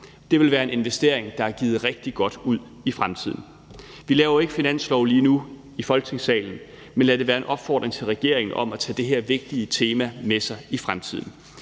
Det ville være en investering i fremtiden, der er givet rigtig godt ud. Vi laver ikke finanslov lige nu i Folketingssalen, men lad det være en opfordring til regeringen om at tage det her vigtige tema med sig i fremtiden.